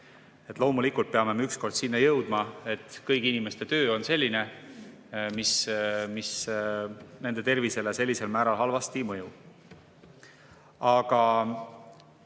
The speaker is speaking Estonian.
Loomulikult peame me ükskord sinna jõudma, et kõigi inimeste töö on selline, mis nende tervisele sellisel määral halvasti ei mõju. Aga